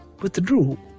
withdrew